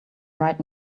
right